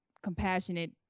Compassionate